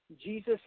Jesus